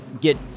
get